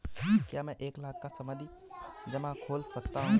क्या मैं एक लाख का सावधि जमा खोल सकता हूँ?